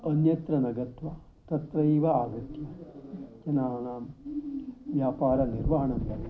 अन्यत्र न गत्वा तत्रैव आगत्य जनानां व्यापारनिर्वहणं भवति